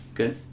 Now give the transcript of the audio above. good